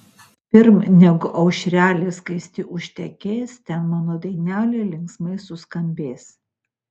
pirm negu aušrelė skaisti užtekės ten mano dainelė linksmai suskambės